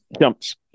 Jumps